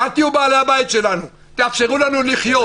ואל תהיו בעלי הבית שלנו, תאפשרו לנו לחיות.